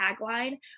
tagline